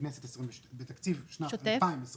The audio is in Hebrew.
בתקציב שנת 2022